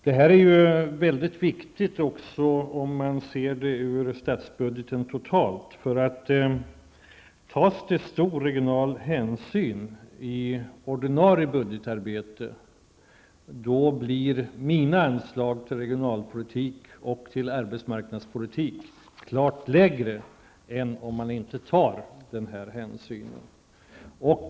Det här är mycket viktigt om man ser till den totala statsbudgeten. Om det tas stor regional hänsyn i det ordinarie budgetarbetet, då blir mina anslag till regionalpolitik och arbetsmarknadspolitik klart lägre jämfört med om denna hänsyn inte tas.